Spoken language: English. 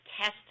test